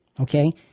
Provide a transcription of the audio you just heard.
Okay